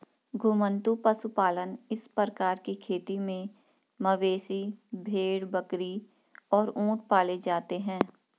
घुमंतू पशुपालन इस प्रकार की खेती में मवेशी, भेड़, बकरी और ऊंट पाले जाते है